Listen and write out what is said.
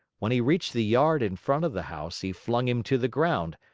when he reached the yard in front of the house, he flung him to the ground,